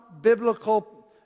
biblical